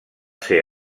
ser